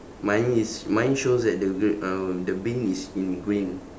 mine is mine shows that the b~ uh the bin is in green